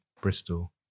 bristol